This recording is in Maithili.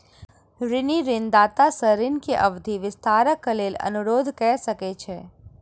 ऋणी ऋणदाता सॅ ऋण के अवधि विस्तारक लेल अनुरोध कय सकै छै